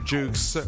Jukes